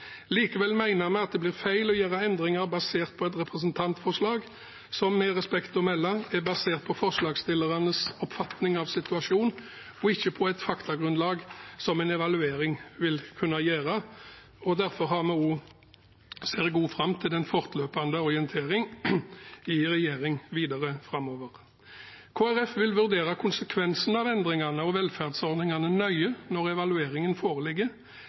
Likevel mener vi at det blir feil å gjøre endringer basert på et representantforslag som, med respekt å melde, er basert på forslagsstillernes oppfatning av situasjonen og ikke på et faktagrunnlag, som en evaluering vil kunne gi. Derfor ser jeg også fram til en fortløpende orientering i regjering videre framover. Kristelig Folkeparti vil vurdere konsekvensene av endringene og velferdsordningene nøye når evalueringen foreligger.